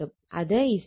അത് 13